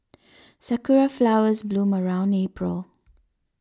sakura flowers bloom around April